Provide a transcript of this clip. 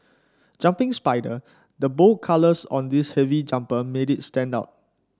jumping spider The bold colours on this heavy jumper made it stand out